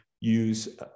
use